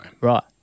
Right